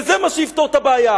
וזה מה שיפתור את הבעיה.